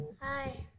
hi